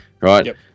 right